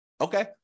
Okay